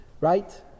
Right